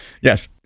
Yes